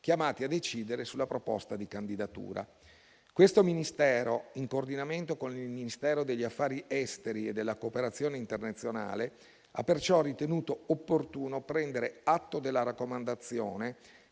chiamati a decidere sulla proposta di candidatura. Questo Ministero, in coordinamento con il Ministero degli affari esteri e della cooperazione internazionale, ha perciò ritenuto opportuno prendere atto della raccomandazione,